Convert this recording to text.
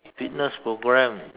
fitness program